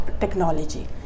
technology